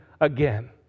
again